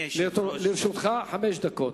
לרשותך חמש דקות.